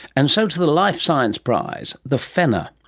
and so to the life science prize, the fenner.